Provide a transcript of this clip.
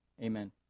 Amen